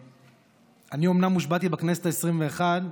אני אומנם הושבעתי בכנסת העשרים-ואחת,